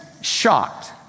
shocked